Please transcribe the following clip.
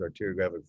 arteriographic